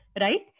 right